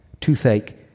toothache